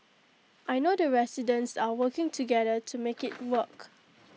I know the residents are working together to make IT work